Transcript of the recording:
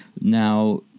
now